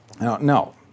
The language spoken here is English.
No